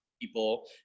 people